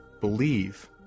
believe